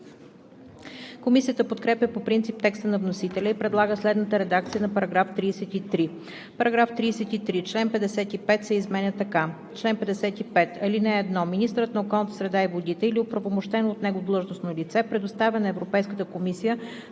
Комисията подкрепя по принцип текста на вносителя и предлага следната редакция на § 33: „§ 33. Член 55 се изменя така: „Чл. 55. (1) Министърът на околната среда и водите или оправомощено от него длъжностно лице предоставя на Европейската комисия,